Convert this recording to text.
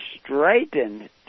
straightened